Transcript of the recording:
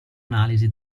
analisi